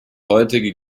heutige